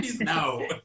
No